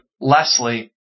Leslie